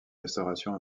restauration